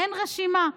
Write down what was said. אין רשימה.